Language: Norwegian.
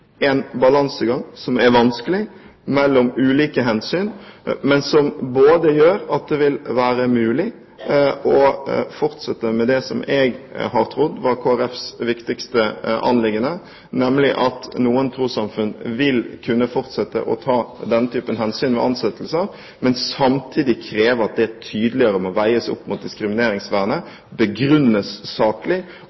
en balansegang som er vanskelig mellom ulike hensyn, men som gjør at det vil være mulig å fortsette med det som jeg har trodd var Kristelig Folkepartis viktigste anliggende, nemlig at noen trossamfunn vil kunne ta denne typen hensyn ved ansettelser og samtidig kreve at det tydeligere veies opp mot diskrimineringsvernet,